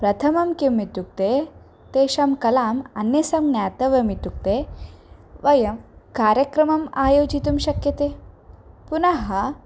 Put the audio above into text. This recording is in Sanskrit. प्रथमं किम् इत्युक्ते तेषां कलाम् अन्यासां ज्ञातव्यम् इत्युक्ते वयं कार्यक्रमम् आयोजयितुं शक्यते पुनः